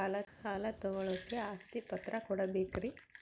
ಸಾಲ ತೋಳಕ್ಕೆ ಆಸ್ತಿ ಪತ್ರ ಕೊಡಬೇಕರಿ?